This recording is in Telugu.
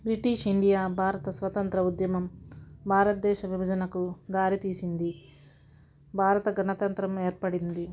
బ్రిటిష్ ఇండియా భారత స్వతంత్ర ఉద్యమం భారత దేశ విడుదలకు దారితీసింది భారత గణతంత్రము ఏర్పడింది